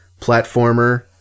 platformer